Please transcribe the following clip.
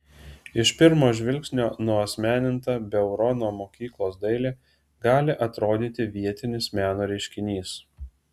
iš pirmo žvilgsnio nuasmeninta beurono mokyklos dailė gali atrodyti vietinis meno reiškinys